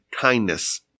kindness